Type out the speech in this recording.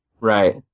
Right